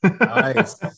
nice